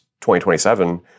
2027